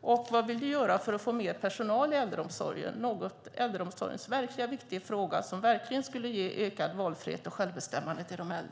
Och vad vill du göra för att få mer personal i äldreomsorgen? Det är en mycket viktig fråga i äldreomsorgen som verkligen skulle ge ökad valfrihet och självbestämmande till de äldre.